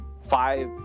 five